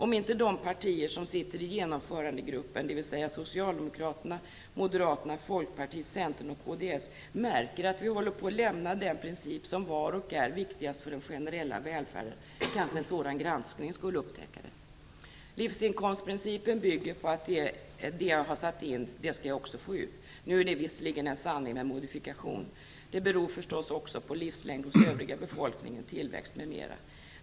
Om inte de partier som sitter i genomförandegruppen, dvs. Socialdemokraterna, Moderaterna, Folkpartiet, Centern och kds, märker att vi håller på att lämna den princip som var och är viktigast för den generella välfärden kanske en sådan granskning skulle upptäcka det? Livsinkomstprincipen bygger på att det man satt in skall man också få ut. Nu är det visserligen en sanning med modifikation. Det beror förstås också på livslängd hos övriga befolkningen, tillväxt m.m.